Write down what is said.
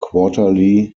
quarterly